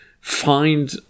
find